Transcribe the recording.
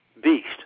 beast